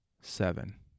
seven